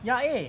ya eh